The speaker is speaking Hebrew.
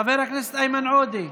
חבר הכנסת איימן עודה,